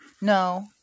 No